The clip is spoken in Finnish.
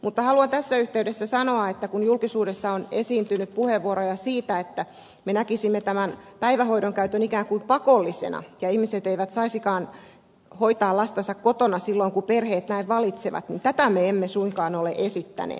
mutta haluan tässä yhteydessä sanoa että kun julkisuudessa on esiintynyt puheenvuoroja siitä että me näkisimme päivähoidon käytön ikään kuin pakollisena ja ihmiset eivät saisikaan hoitaa lastansa kotona silloin kun perheet näin valitsevat niin tätä me emme suinkaan ole esittäneet